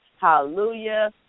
hallelujah